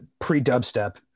pre-dubstep